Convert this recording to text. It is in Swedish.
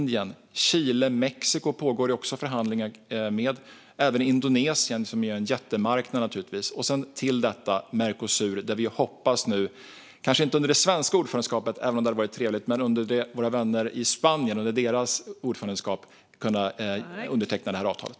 Det pågår även förhandlingar med Indien, Chile och Mexiko, liksom med Indonesien, som är en jättemarknad. Till detta har vi avtalet med Mercosur som vi hoppas att våra vänner i Spanien ska kunna underteckna under sitt ordförandeskap, även om det hade varit trevligt om det skett under det svenska ordförandeskapet.